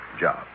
job